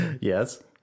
Yes